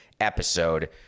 episode